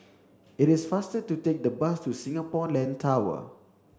it is faster to take the bus to Singapore Land Tower